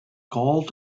called